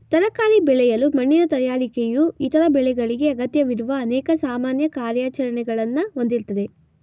ತರಕಾರಿ ಬೆಳೆಯಲು ಮಣ್ಣಿನ ತಯಾರಿಕೆಯು ಇತರ ಬೆಳೆಗಳಿಗೆ ಅಗತ್ಯವಿರುವ ಅನೇಕ ಸಾಮಾನ್ಯ ಕಾರ್ಯಾಚರಣೆಗಳನ್ನ ಹೊಂದಿರ್ತದೆ